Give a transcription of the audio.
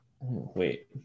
wait